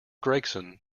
gregson